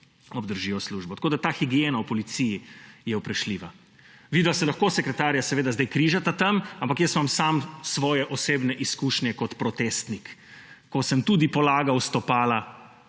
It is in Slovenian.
obdržijo službe. Tako je ta higiena v policiji vprašljiva. Vidva se lahko, sekretarja, seveda zdaj križata tam, ampak jaz imam sam svoje osebne izkušnje kot protestnik. Ko sem tudi polagal stopala,